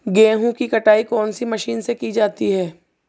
गेहूँ की कटाई कौनसी मशीन से की जाती है?